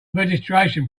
registration